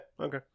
okay